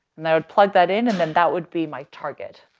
and i would plug that in and then that would be my target.